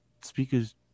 speakers